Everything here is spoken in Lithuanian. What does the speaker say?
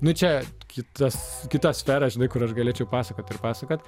nu čia kita kita sfera žinai kur aš galėčiau pasakot ir pasakot